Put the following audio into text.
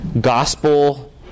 gospel